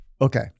Okay